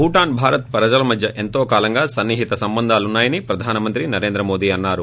భూటాన్ భారత్ ప్రజల మధ్య ఎంతో కాలంగా సన్ని హిత సంబంధాలున్నా యని ప్రధాన మంత్రి నరేంద్రమోదీ అన్నారు